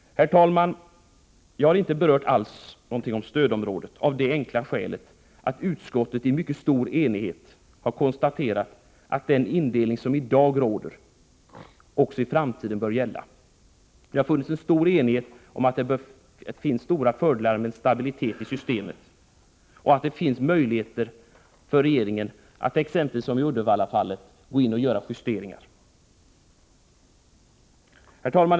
Herr talman! Jag har inte alls berört stödområdet, av det enkla skälet att utskottet i mycket stor enighet har konstaterat att dagens indelning bör gälla också i framtiden. Det råder stor enighet om att det finns väsentliga fördelar med stabilitet i systemet och att regeringen har möjligheter att gå in och göra justeringar, som exempelvis i Uddevallafallet. Herr talman!